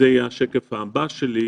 וזה יהיה השקף הבא שלי,